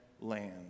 land